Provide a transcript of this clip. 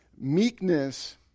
meekness